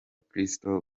kristo